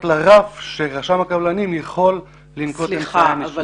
לרף שרשם הקבלנים יכול לנקוט --- סליחה,